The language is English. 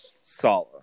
Sala